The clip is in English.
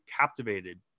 captivated